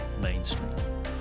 mainstream